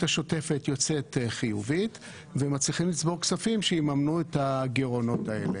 השוטפת יוצאת חיובית ומצליחים לצבור כספים שיממנו את הגירעונות האלה.